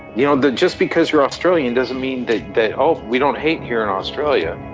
you know that just because you're australian doesn't mean that that oh we don't hate here in australia.